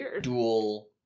dual